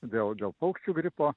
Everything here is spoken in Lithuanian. dėl dėl paukščių gripo